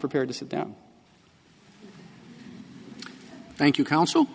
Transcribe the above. prepared to sit down thank you counsel